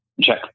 check